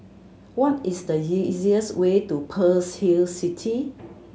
what is the easiest way to Pearl's Hill City